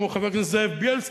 כמו חבר הכנסת בילסקי,